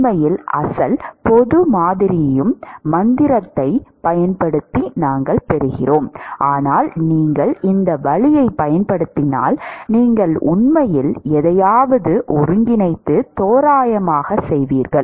உண்மையில் அசல் பொது மாதிரியும் மந்திரத்தைப் பயன்படுத்தி நாங்கள் பெறுகிறோம் ஆனால் நீங்கள் இந்த வழியைப் பயன்படுத்தினால் நீங்கள் உண்மையில் எதையாவது ஒருங்கிணைத்து தோராயமாகச் செய்வீர்கள்